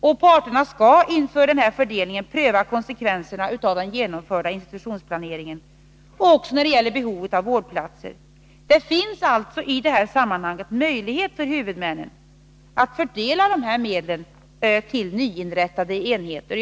Vid fördelningen skall parterna pröva konsekvenserna av den genomförda institutionsplaneringen, också när det gäller behovet av vårdplatser. Det finns alltså i detta sammanhang möjlighet för huvudmännen att fördela medlen till nyinrättade enheter.